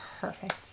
Perfect